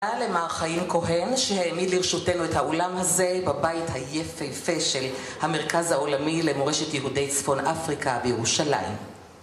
תודה למר חיים כהן שהעמיד לרשותנו את האולם הזה בבית היפהפה של המרכז העולמי למורשת יהודי צפון אפריקה בירושלים